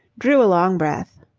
drew a long breath.